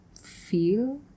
feel